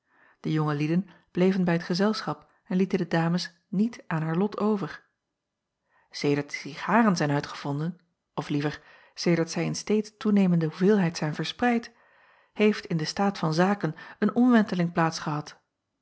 de jonge lieden bleven bij t gezelschap en lieten de dames niet aan haar lot over edert de cigaren zijn uitgevonden of liever sedert zij in steeds toenemende hoeveelheid zijn verspreid heeft in den staat van zaken een omwenteling plaats gehad